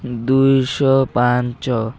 ଦୁଇ ଶହ ପାଞ୍ଚ